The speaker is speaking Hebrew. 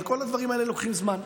אבל כל הדברים האלה לוקחים זמן.